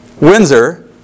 Windsor